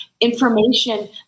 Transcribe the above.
information